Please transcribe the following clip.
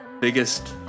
biggest